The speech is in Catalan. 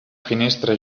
finestra